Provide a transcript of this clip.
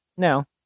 now